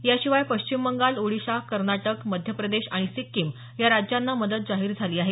याशिवाय पश्चिम बंगाल ओडिशा कर्नाटक मध्य प्रदेश आणि सिक्कीम या राज्यांना मदत जाहीर झाली आहे